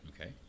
Okay